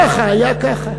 ככה היה ככה.